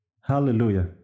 Hallelujah